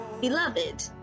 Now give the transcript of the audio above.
Beloved